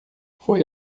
foi